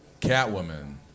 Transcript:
Catwoman